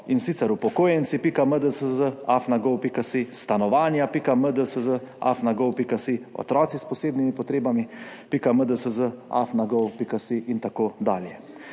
in sicer upokojenci.mddsz@gov.si, stanovanja.mddsz@gov.si, otrocisposebnimipotrebami.mddsz@gov.si in tako dalje?